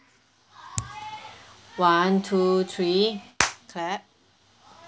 one two three clap